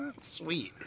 Sweet